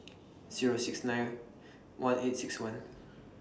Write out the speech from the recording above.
Zero six nine one eight six one